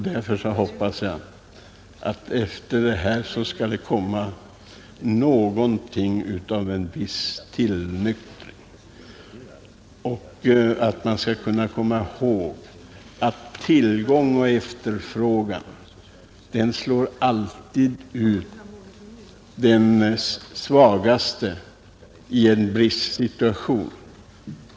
Därför hoppas jag att härefter skall komma någonting av tillnyktring och att man skall komma ihåg att den svagaste alltid slås ut i en bristsituation om man tillämpar principen om tillgång och efterfrågan.